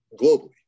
globally